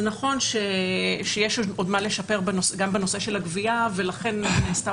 זה נכון שיש עוד מה לשפר גם בנושא של הגבייה ולכן נעשתה